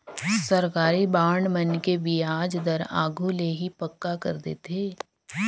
सरकारी बांड मन के बियाज दर आघु ले ही पक्का कर देथे